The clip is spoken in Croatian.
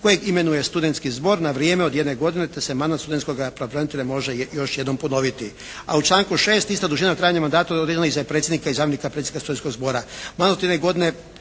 kojeg imenuje studentski zbor na vrijeme od jedne godine te …/Govornik se ne razumije./… studentskoga pravobranitelja može još jednom ponoviti. A u članku 6. ista dužina trajanja mandata određena je i za predsjednika i zamjenika predsjednika studentskoga zbora.